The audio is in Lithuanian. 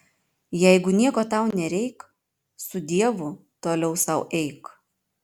jeigu nieko tau nereik su dievu toliau sau eik